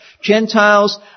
Gentiles